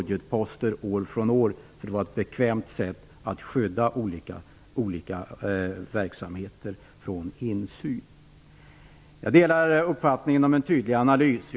Det var nämligen ett bekvämt sätt att skydda olika verksamheter från insyn. Jag delar uppfattningen att det bör göras en tydlig analys.